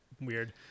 Weird